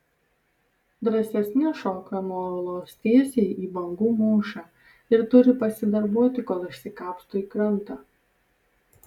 drąsesni šoka nuo uolos tiesiai į bangų mūšą ir turi pasidarbuoti kol išsikapsto į krantą